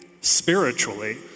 spiritually